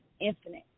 infinite